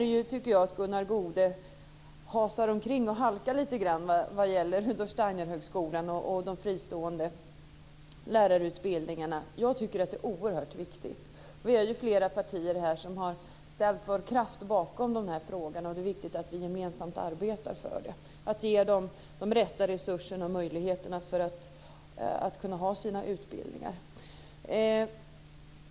Sedan tycker jag att Gunnar Goude hasar omkring och halkar lite grann vad gäller Rudolf Steinerhögskolan och de fristående lärarutbildningarna. Jag tycker att det är oerhört viktigt. Vi är ju flera partier som har ställt vår kraft bakom de här frågorna, och det är viktigt att vi gemensamt arbetar för det. Det är viktigt att vi ger dem de rätta resurserna och möjligheterna för att de ska kunna ha sina utbildningar.